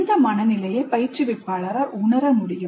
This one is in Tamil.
இந்த மனநிலையை பயிற்றுவிப்பாளரால் உணர முடியும்